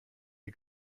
les